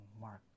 Mark